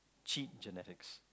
cheat genetics